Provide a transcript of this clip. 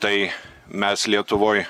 tai mes lietuvoj